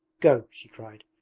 go, she cried,